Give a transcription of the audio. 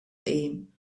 lame